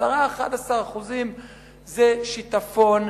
10% 11%. זה שיטפון,